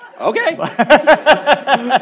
Okay